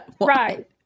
right